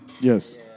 Yes